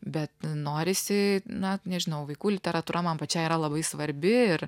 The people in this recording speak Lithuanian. bet norisi na nežinau vaikų literatūra man pačiai yra labai svarbi ir